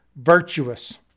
virtuous